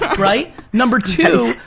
right. number two,